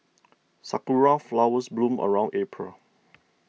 sakura flowers bloom around April